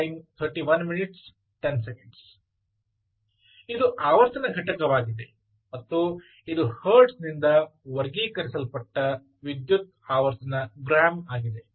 Refer slide Time 3110 ಇದು ಆವರ್ತನ ಘಟಕವಾಗಿದೆ ಮತ್ತು ಇದು ಹರ್ಟ್ಜ್ನಿಂದ ವರ್ಗೀಕರಿಸಲ್ಪಟ್ಟ ವಿದ್ಯುತ್ ಆವರ್ತನ ಗ್ರಾಂ ಆಗಿದೆ